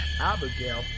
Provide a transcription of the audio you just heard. Abigail